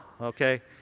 okay